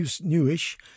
newish